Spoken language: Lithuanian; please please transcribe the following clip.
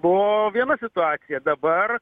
buvo viena situacija dabar